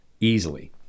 easily